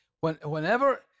whenever